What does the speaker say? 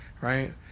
right